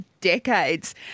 decades